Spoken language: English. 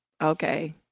Okay